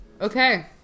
Okay